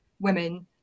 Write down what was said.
women